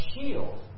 shield